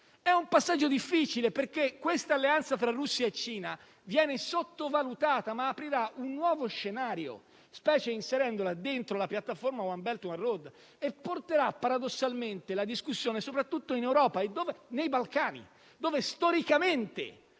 È un passaggio difficile, perché questa alleanza tra Russia e Cina viene sottovalutata, ma aprirà un nuovo scenario, specialmente inserendola dentro la piattaforma *One Belt One Road*, e porterà, paradossalmente, la discussione soprattutto in Europa, nei Balcani, dove storicamente